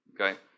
Okay